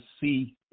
see